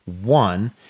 One